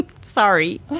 sorry